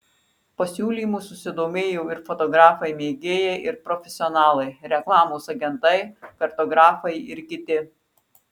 pasiūlymu susidomėjo ir fotografai mėgėjai ir profesionalai reklamos agentai kartografai ir kiti